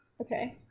Okay